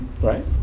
right